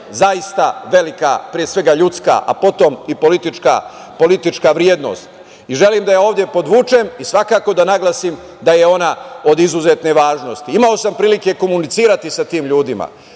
zaista velika, pre svega ljudska, a potom i politička vrednost. Želim da je ovde podvučem i svakako da naglasim da je ona od izuzetne važnosti. Imao sam prilike komunicirati sa tim ljudima,